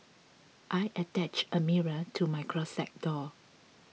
I attached a mirror to my closet door